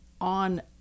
on